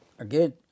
again